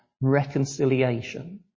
reconciliation